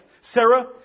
Sarah